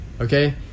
Okay